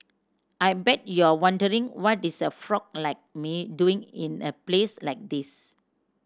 I bet you're wondering what is a frog like me doing in a place like this